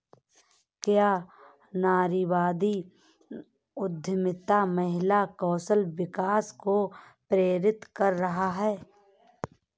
क्या नारीवादी उद्यमिता महिला कौशल विकास को प्रेरित कर रहा है?